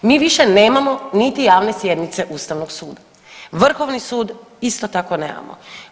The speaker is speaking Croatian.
Mi više nemamo niti javne sjednice ustavnog suda, vrhovni sud isto tako nemamo.